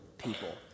people